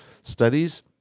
studies